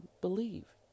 believe